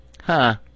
Huh